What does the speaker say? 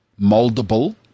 moldable